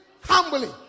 humbly